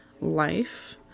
life